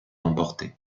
emportait